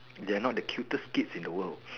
they are not the cutest kids in the world